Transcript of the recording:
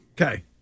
Okay